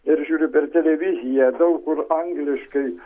ir žiūriu per televiziją daug kur angliškai